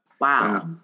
Wow